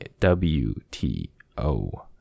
WTO